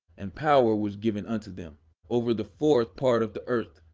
and power was given unto them over the fourth part of the earth,